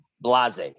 Blase